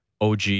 OG